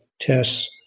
tests